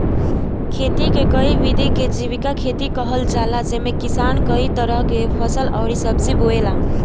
खेती के इ विधि के जीविका खेती कहल जाला जेमे किसान कई तरह के फसल अउरी सब्जी बोएला